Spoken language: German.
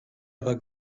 aber